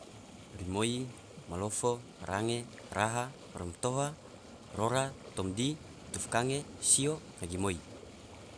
Rimoi, malofo, range, raha, romtoha, rora, tomdi, tufkange, sio, nyagemoi.